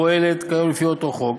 הפועלת כיום לפי אותו חוק.